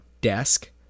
desk